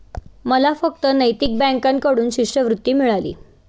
मला फक्त नैतिक बँकेकडून शिष्यवृत्ती मिळाली